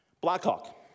Blackhawk